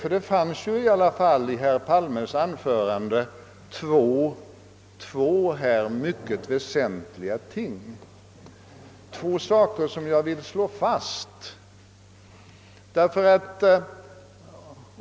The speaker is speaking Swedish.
Men, herr talman, det fanns i alla fall i herr Palmes anförande två mycket väsentliga saker som jag vill slå fast.